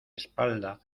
espalda